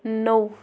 نوٚو